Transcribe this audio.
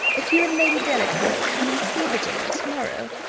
if you and lady delacour will come and see virginia to-morrow,